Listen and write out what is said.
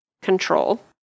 control